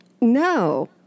No